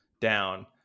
down